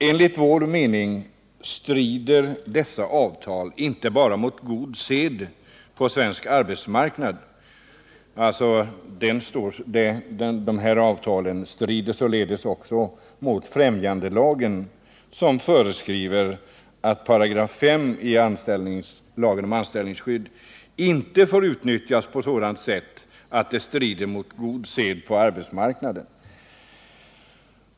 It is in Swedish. Enligt vår mening strider dessa avtal inte bara mot god sed på den svenska arbetsmarknaden. Avtalen strider också mot främjandelagen, som föreskriver att 5 § i lagen om anställningsskydd inte får utnyttjas på ett sådant sätt att det strider mot god sed på arbetsmarknaden.